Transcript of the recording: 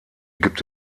gibt